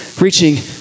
reaching